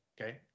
Okay